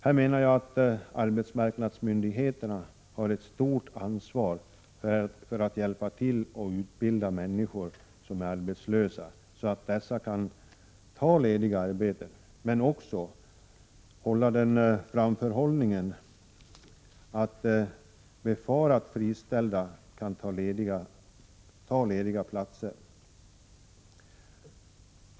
Här har arbetsmarknadsmyndigheterna ett stort ansvar för att hjälpa till att utbilda människor som är arbetslösa, så att dessa kan ta lediga arbeten, men också för att ha den framförhållningen att befarat friställda kan ta lediga platser.